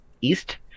East